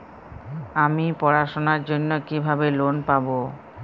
আমি পড়াশোনার জন্য কিভাবে লোন পাব?